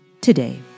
today